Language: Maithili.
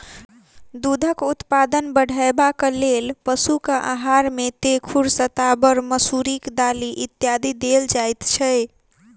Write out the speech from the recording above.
दूधक उत्पादन बढ़यबाक लेल पशुक आहार मे तेखुर, शताबर, मसुरिक दालि इत्यादि देल जाइत छै